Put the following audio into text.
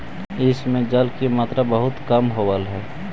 इस में जल की मात्रा बहुत कम होवअ हई